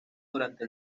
durante